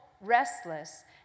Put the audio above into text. restless